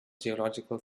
geological